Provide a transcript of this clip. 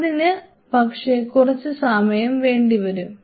അതിന് പക്ഷേ കുറച്ച് സമയം വേണ്ടിവരും